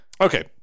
okay